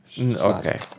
Okay